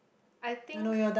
I think